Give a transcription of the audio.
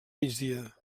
migdia